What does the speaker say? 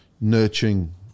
nurturing